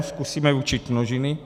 Zkusíme učit množiny.